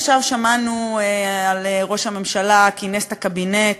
עכשיו שמענו שראש הממשלה כינס את הקבינט